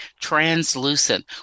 Translucent